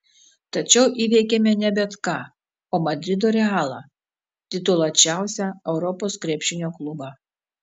tačiau įveikėme ne bet ką o madrido realą tituluočiausią europos krepšinio klubą